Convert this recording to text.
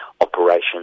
operations